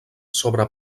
sobre